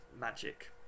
magic